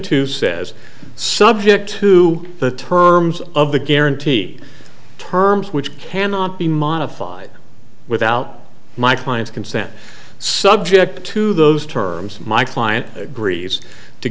two says subject to the terms of the guarantee terms which cannot be modified without my client's consent subject to those terms my client agrees t